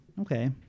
Okay